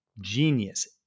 Genius